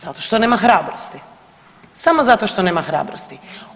Zato što nema hrabrosti, samo zato što nema hrabrosti.